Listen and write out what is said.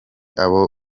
abo